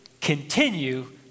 continue